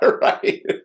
Right